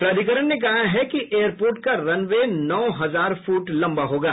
प्राधिकरण ने कहा है कि एयरपोर्ट का रन वे नौ हजार फुट लम्बा होगा